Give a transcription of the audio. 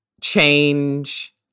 change